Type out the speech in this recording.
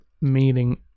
meaning